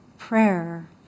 prayer